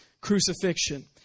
crucifixion